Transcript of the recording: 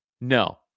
No